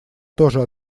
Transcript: тоже